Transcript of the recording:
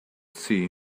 see